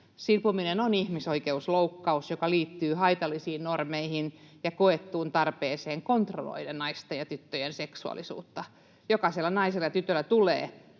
Silpominen on ihmisoikeusloukkaus, joka liittyy haitallisiin normeihin ja koettuun tarpeeseen kontrolloida naisten ja tyttöjen seksuaalisuutta. Jokaisella naisella ja tytöllä tulee